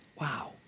Wow